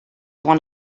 one